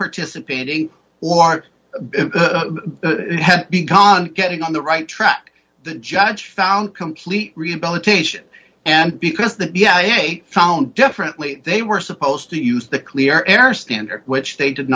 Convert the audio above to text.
participating or have begun getting on the right track the judge found complete rehabilitation and because the yeah they found differently they were supposed to use the clear air standard which they did